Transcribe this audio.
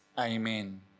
amen